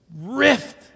rift